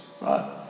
right